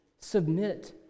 submit